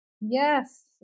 Yes